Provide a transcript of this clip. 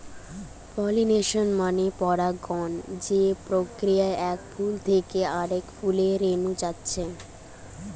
pollination মানে পরাগায়ন যে প্রক্রিয়ায় এক ফুল থিকে আরেক ফুলে রেনু যাচ্ছে